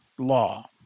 Law